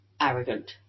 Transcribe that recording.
arrogant